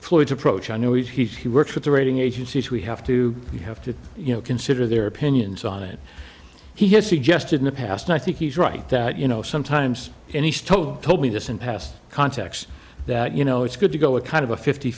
floyd's approach i know he's he's he works with the rating agencies we have to you have to you know consider their opinions on it he has suggested in the past and i think he's right that you know sometimes and he's told told me this in past contacts that you know it's good to go a kind of a fifty